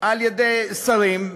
על-ידי שרים,